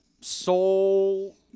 soul